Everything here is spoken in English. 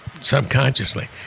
subconsciously